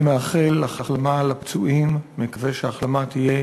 אני מאחל החלמה לפצועים, מקווה שההחלמה תהיה